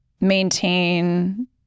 maintain